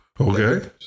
Okay